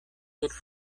sur